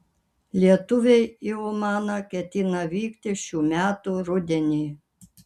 lietuviai į omaną ketina vykti šių metų rudenį